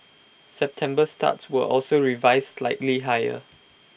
September starts were also revised slightly higher